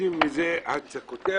עושים מזה כותרת: